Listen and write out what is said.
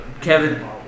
Kevin